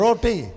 Roti